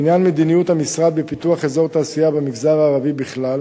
בעניין מדיניות המשרד בפיתוח אזור תעשייה במגזר הערבי בכלל,